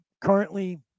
currently